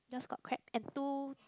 yours got crab and two